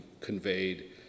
conveyed